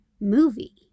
movie